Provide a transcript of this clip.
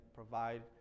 Provide